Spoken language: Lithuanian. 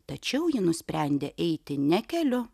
tačiau ji nusprendė eiti ne keliu